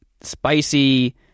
spicy